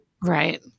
Right